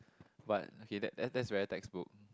but okay that's that's very textbook